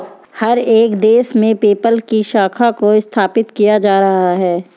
हर एक देश में पेपल की शाखा को स्थापित किया जा रहा है